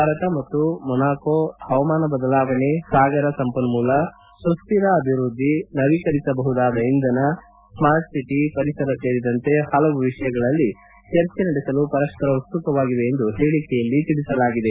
ಭಾರತ ಮತ್ತು ಮೊನಾಕೋ ಹವಾಮಾನ ಬದಲಾವಣೆ ಸಾಗರ ಸಂಪನ್ನೂಲ ಸುಸ್ತಿರ ಅಭಿವ್ಯಧಿ ನವೀಕರಿಸಬಹುದಾದ ಇಂಧನ ಸ್ನಾರ್ಟ್ ಸಿಟಿ ಪರಿಸರ ಸೇರಿದಂತೆ ಹಲವು ವಿಷಯಗಳಲ್ಲಿ ಚರ್ಚೆ ನಡೆಸಲು ಪರಸ್ವರ ಉತ್ಸುಕವಾಗಿವೆ ಎಂದು ಹೇಳಕೆಯಲ್ಲಿ ತಿಳಿಸಲಾಗಿದೆ